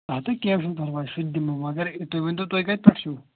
اَدٕ کینٛہہ چھُنہٕ پَرواے سُہ تہِ دِمو مگر تُہۍ ؤنۍ تو تُہۍ کَتہِ پٮ۪ٹھ چھُ